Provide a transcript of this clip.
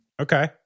Okay